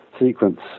sequence